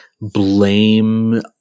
blame